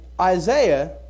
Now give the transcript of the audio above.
Isaiah